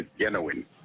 genuine